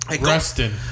Rustin